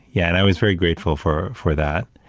yeah, and i was very grateful for for that.